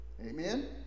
Amen